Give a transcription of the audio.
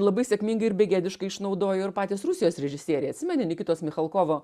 labai sėkmingai ir begėdiškai išnaudojo ir patys rusijos režisieriai atsimeni nikitos michalkovo